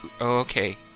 okay